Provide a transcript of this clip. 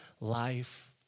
life